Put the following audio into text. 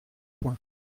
point